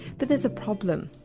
but there is a problem.